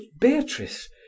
Beatrice